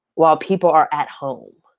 while people are at home?